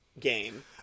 game